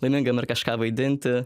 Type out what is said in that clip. laimingam ir kažką vaidinti